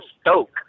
Stoke